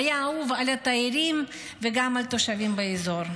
והיה אהוב על התיירים וגם על התושבים באזור.